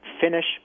finish